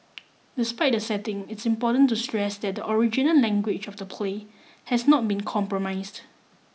despite the setting it's important to stress that the original language of the play has not been compromised